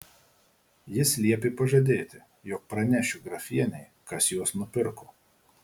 jis liepė pažadėti jog pranešiu grafienei kas juos nupirko